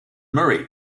murray